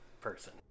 person